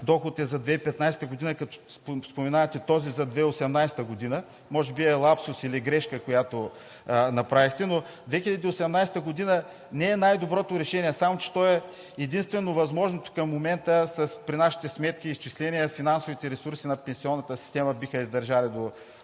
доход е за 2015 г., като споменавате този за 2018 г., може би е лапсус или грешка, която направихте, но 2018 г. не е най-доброто решение, само че то е единствено възможното към момента. При нашите сметки и изчисления финансовите ресурси над пенсионната система биха издържали до